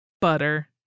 butter